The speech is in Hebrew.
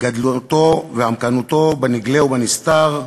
בגדלותו ועמקנותו בנגלה ובנסתר,